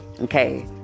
Okay